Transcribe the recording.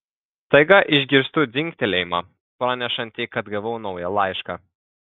staiga išgirstu dzingtelėjimą pranešantį kad gavau naują laišką